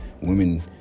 women